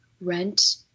rent